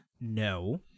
no